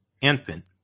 infant